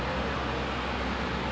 I don't know it was like a quiff